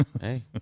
Hey